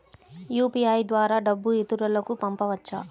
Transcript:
UPI ద్వారా డబ్బు ఇతరులకు పంపవచ్చ?